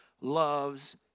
loves